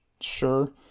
Sure